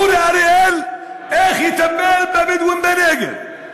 אורי אריאל, איך יטפל בבדואים בנגב.